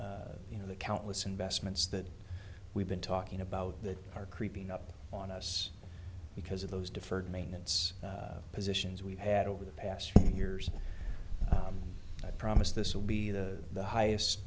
you know the countless investments that we've been talking about that are creeping up on us because of those deferred maintenance positions we've had over the past few years i promise this will be the highest